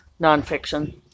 nonfiction